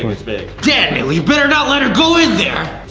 it's big. daniel, you better not let her go in there.